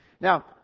Now